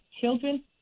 children